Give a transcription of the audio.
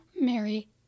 Mary